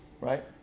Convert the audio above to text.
Right